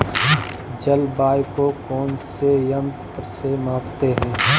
जलवायु को कौन से यंत्र से मापते हैं?